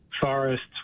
forests